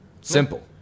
simple